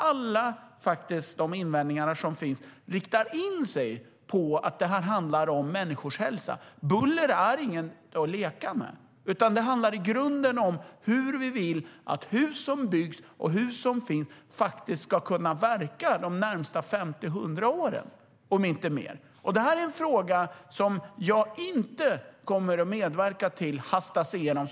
Alla de invändningar som finns riktar in sig på att detta handlar om människors hälsa. Buller är inte att leka med. Det handlar i grunden om vad vi vill ska gälla i fråga om hus som byggs och de hus som nu finns. Tidsperspektivet är 50-100 år framåt i tiden, om inte mer. Detta är en fråga som jag inte kommer att medverka till att man hastar igenom.